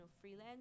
freelance